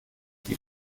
die